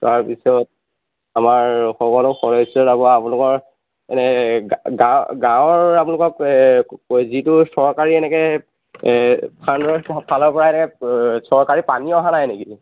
তাৰ পিছত আমাৰ সকলো সদস্য যাব আপোনলোকৰ এনে গা গা গাঁৱৰ আপোনলোকৰ যিটো চৰকাৰী এনেকে ফাণ্ডৰ ফালৰ পৰা এনেকৈ চৰকাৰী পানী অহা নাই নেকি